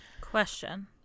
question